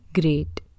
great